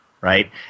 Right